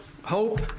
Hope